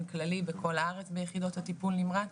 כללי בכל הארץ ביחידות הטיפול נמרץ,